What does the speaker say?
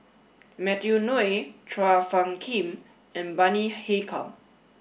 Matthew Ngui Chua Phung Kim and Bani Haykal